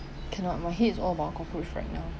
cannot my heads is all about cockroach right now